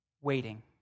Waiting